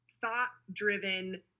thought-driven